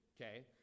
Okay